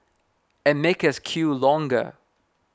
and make us queue longer